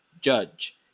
judge